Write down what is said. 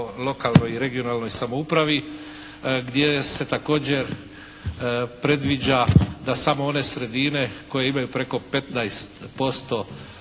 lokalnoj i regionalnoj samoupravi gdje se također predviđa da samo one sredine koje imaju preko 15%